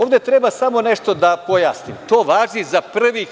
Ovde treba samo nešto da pojasnimo, to važi za prvih